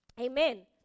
amen